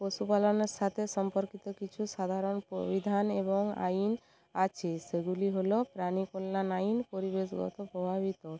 পশুপালনের সাথে সম্পর্কিত কিছু সাধারণ প্রবিধান এবং আইন আছে সেগুলি হলো প্রাণী কল্যাণ আইন পরিবেশ যাতে প্রভাবিত